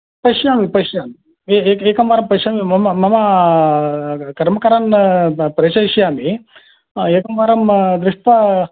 पश्यामि पश्यामि एए एकं वारं पश्यामि म मम कर्मकरान् प्रेषयिष्यामि एकवारं दृष्ट्वा